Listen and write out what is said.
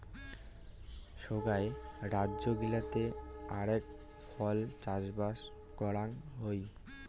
সোগায় রাজ্য গিলাতে আরাক ফল চাষবাস করাং হই